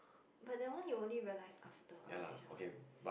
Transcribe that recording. but that one you only realise after orientation what